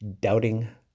doubting